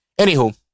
Anywho